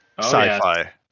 Sci-fi